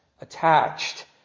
attached